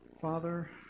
Father